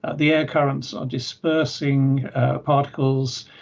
the air currents are dispersing particles,